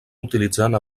utilitzant